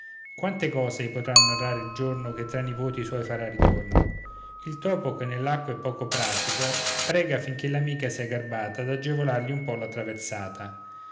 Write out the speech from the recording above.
quante cose ei potrà narrare il giorno che tra i nipoti suoi farà ritorno il topo che nell'acqua è poco pratico prega affinché l'amica sia garbata d'agevolargli un po la traversata